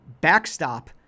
backstop